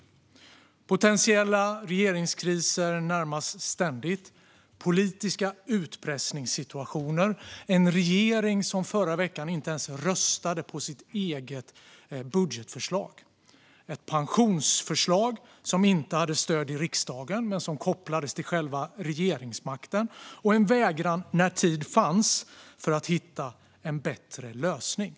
Det har varit potentiella regeringskriser närmast ständigt, politiska utpressningssituationer, ett regeringsparti som förra veckan inte ens röstade på sitt eget budgetförslag, ett pensionsförslag som inte hade stöd i riksdagen men som kopplades till själva regeringsmakten och en vägran, när tid fanns, att hitta en bättre lösning.